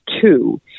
two